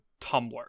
Tumblr